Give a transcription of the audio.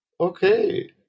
okay